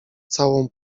całą